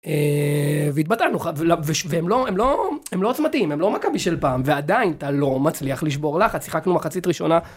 והתבטלנו, והם לא עוצמתיים, הם לא מכבי של פעם, ועדיין אתה לא מצליח לשבור לחץ, שיחקנו מחצית ראשונה.